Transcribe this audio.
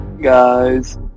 Guys